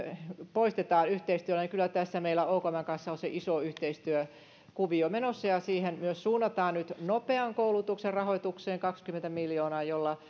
poistetaan yhteistyöllä kyllä tässä meillä okmn kanssa on se iso yhteistyökuvio menossa ja siihen nopean koulutuksen rahoitukseen myös suunnataan nyt kaksikymmentä miljoonaa jolla